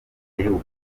gihugu